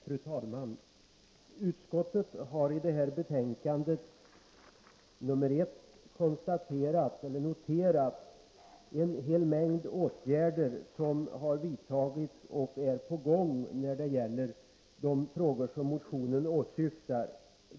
Fru talman! Utskottet har i det här betänkandet — nr 1 — noterat en hel mängd åtgärder som vidtagits eller är på gång när det gäller de frågor som motionen behandlar.